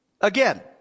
Again